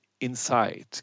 inside